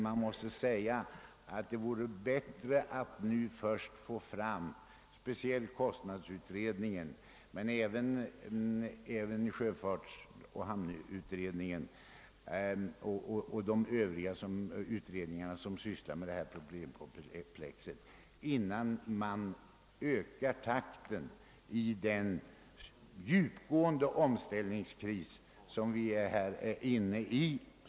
Jag undrar om det inte vore bättre att nu först få fram speciellt kostnadsutredningen men även hamnutredningen liksom de övriga utredningar som sysslar med detta problemkomplex, innan man ökar takten i den djupgående omställningsprocess, som vi är inne i.